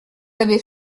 avez